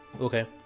Okay